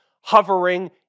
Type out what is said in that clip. hovering